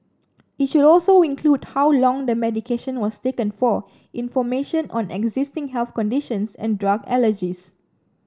it should also include how long the medication was taken for information on existing health conditions and drug allergies